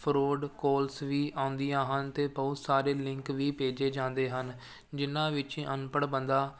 fraud calls ਵੀ ਆਉਂਦੀਆਂ ਹਨ ਅਤੇ ਬਹੁਤ ਸਾਰੇ ਲਿੰਕ ਵੀ ਭੇਜੇ ਜਾਂਦੇ ਹਨ ਜਿਹਨਾਂ ਵਿੱਚ ਅਨਪੜ੍ਹ ਬੰਦਾ